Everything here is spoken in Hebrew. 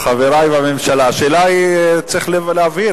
חברי בממשלה, השאלה היא, צריך להבהיר.